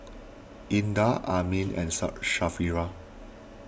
Indah Amrin and